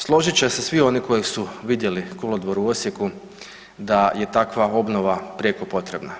Složit će se svi oni koji su vidjeli kolodvor u Osijeku, da je takva obnova prijeko potrebna.